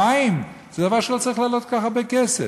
מים זה דבר שלא צריך לעלות כל כך הרבה כסף.